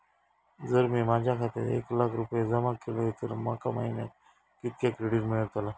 जर मी माझ्या खात्यात एक लाख रुपये जमा केलय तर माका महिन्याक कितक्या क्रेडिट मेलतला?